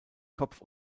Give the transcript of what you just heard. kopf